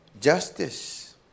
Justice